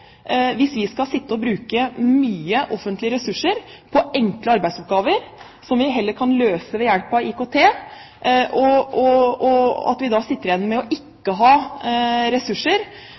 hvis vi skal bruke mye offentlige ressurser på enkle arbeidsoppgaver som vi heller kan løse ved hjelp av IKT, og derved sitte igjen uten ressurser til å hjelpe dem som kanskje virkelig trenger tung og langvarig støtte og hjelp for å